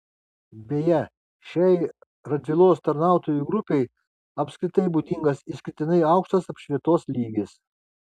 beje šiai radvilos tarnautojų grupei apskritai būdingas išskirtinai aukštas apšvietos lygis